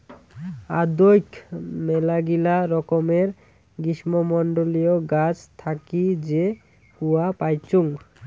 আদৌক মেলাগিলা রকমের গ্রীষ্মমন্ডলীয় গাছ থাকি যে কূয়া পাইচুঙ